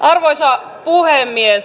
arvoisa puhemies